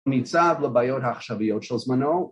נמצא בבעיות העכשוויות של זמנו.